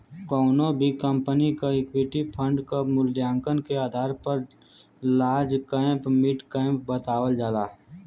कउनो भी कंपनी क इक्विटी फण्ड क मूल्यांकन के आधार पर लार्ज कैप मिड कैप बतावल जाला